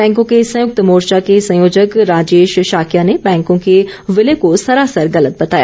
बैंको के संयुक्त मोर्चा के संयोजक राजेश शाक्या ने बैंको के विलय को सरासर गलत बताया